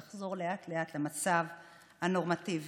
לחזור לאט-לאט למצב הנורמטיבי.